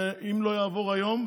אם זה לא יעבור היום,